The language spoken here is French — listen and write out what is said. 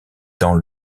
dans